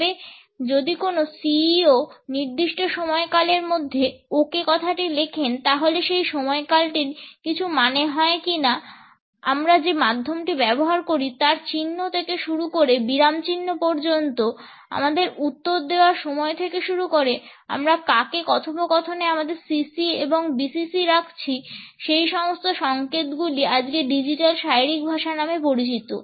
তবে যদি কোন CEO নির্দিষ্ট সময়কালের মধ্যে ok কথাটি লেখেন তাহলে সেই সময়কালটির কিছু মানে হয় কিনা আমরা যে মাধ্যমটি ব্যবহার করি তার চিহ্ন থেকে শুরু করে বিরামচিহ্ন পর্যন্ত আমাদের উত্তর দেওয়ার সময় থেকে শুরু করে আমরা কাকে কথোপকথনে আমাদের CC এবং BCC রাখছি সেই সমস্ত সংকেতগুলি আজকে ডিজিটাল শারীরিক ভাষা নামে পরিচিত